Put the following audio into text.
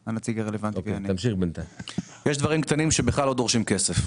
יש דברים קטנים שבכלל לא דורשים כסף,